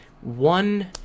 one